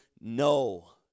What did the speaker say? no